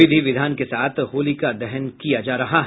विधि विधान के साथ होलिका दहन किया जा रहा है